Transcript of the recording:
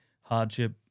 hardship